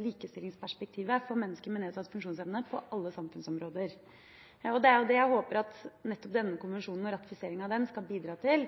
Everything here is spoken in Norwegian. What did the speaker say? likestillingsperspektivet for mennesker med nedsatt funksjonsevne på alle samfunnsområder. Det er det jeg håper at nettopp denne konvensjonen og ratifiseringen av den skal bidra til.